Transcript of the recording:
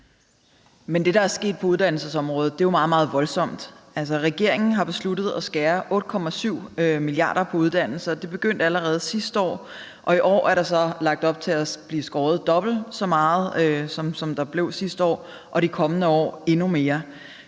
Men det, der er sket på uddannelsesområdet, er jo meget, meget voldsomt. Regeringen har besluttet at skære 8,7 milliarder på uddannelser. Det begyndte allerede sidste år, og i år er der så lagt op til at blive skåret dobbelt så meget, som der blev sidste år, og de kommende år endnu mere.